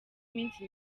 iminsi